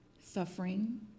suffering